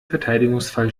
verteidigungsfall